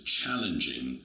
challenging